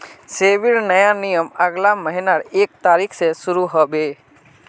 सेबीर नया नियम अगला महीनार एक तारिक स शुरू ह बे